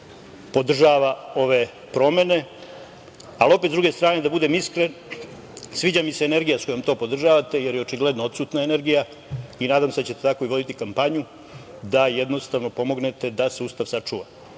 podržava ove promene, ali opet sa druge strane da budem iskren sviđa mi se energija sa kojom to podržavate, jer je očigledno odsutna energija i nadam se da ćete tako voditi kampanju da jednostavno pomognete da se Ustav sačuva.U